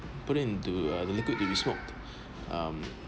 put it into uh the liquid that we smoke um